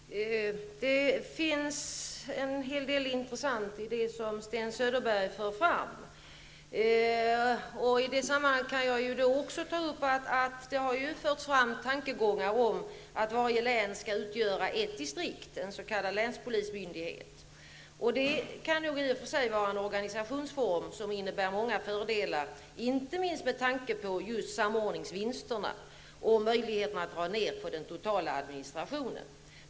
Herr talman! Det finns en hel del intressant i det som Sten Söderberg förde fram. I detta sammanhang kan jag också nämna att det har förts fram tankegångar om att varje län skall utgöra ett distrikt, en s.k. länspolismyndighet. Det kan i och för sig kunna vara en organisationsform som innebär många fördelar, inte minst med tanke på samordningsvinsterna och möjligheterna att dra ner på den totala administrationen.